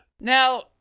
Now